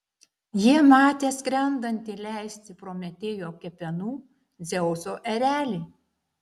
jie matė skrendantį lesti prometėjo kepenų dzeuso erelį